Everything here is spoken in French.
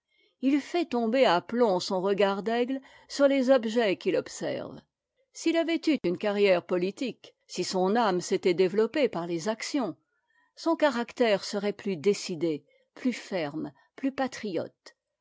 il fait tomber à plomb son regard d'aigle sur les objets qu'il observe s'il avait eu une carrière politique si son âme s'était développée par les actions son caractère serait plus décidé plus ferme plus patriote